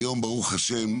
היום, ברוך השם,